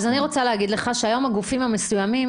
אז אני רוצה להגיד לך שהיום הגופים המסוימים